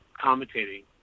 commentating